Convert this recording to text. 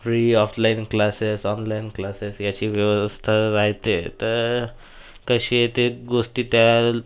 free offline classes online classes याची व्यवस्था राहते तर कशी ते गोष्टी त्या